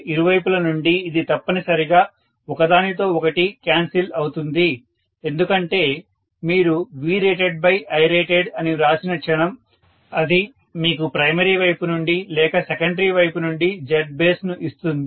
ఇరువైపుల నుండి ఇది తప్పనిసరిగా ఒకదానితో ఒకటి క్యాన్సిల్ అవుతుంది ఎందుకంటే మీరు VratedIrated అని వ్రాసిన క్షణం అది మీకు ప్రైమరీ వైపు నుండి లేక సెకండరీ వైపు నుండి Zbase ను ఇస్తుంది